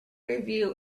view